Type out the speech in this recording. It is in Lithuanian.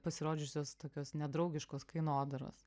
pasirodžiusios tokios nedraugiškos kainodaros